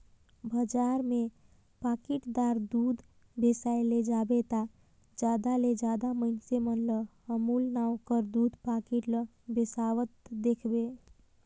बजार में पाकिटदार दूद बेसाए ले जाबे ता जादा ले जादा मइनसे मन ल अमूल नांव कर दूद पाकिट ल बेसावत देखबे